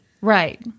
Right